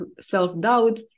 self-doubt